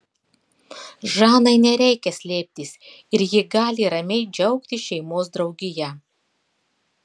žanai nereikia slėptis ir ji gali ramiai džiaugtis šeimos draugija